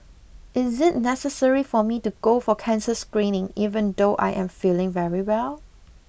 is it necessary for me to go for cancer screening even though I am feeling very well